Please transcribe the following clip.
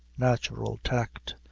natural tact,